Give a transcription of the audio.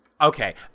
Okay